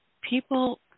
people